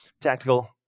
Tactical